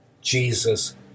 Jesus